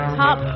top